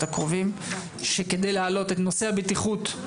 הקרובים כדי להעלות את נושא הבטיחות.